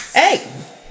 hey